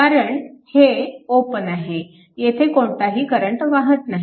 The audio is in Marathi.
कारण हे ओपन आहे येथे कोणताही करंट वाहत नाही